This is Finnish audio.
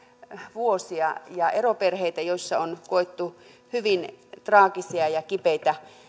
vuosia ja eroperheitä joissa on koettu hyvin traagisia ja kipeitä